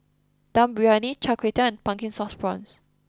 Dum Briyani Char Kway Teow and Pumpkin Sauce Prawns